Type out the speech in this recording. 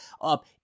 up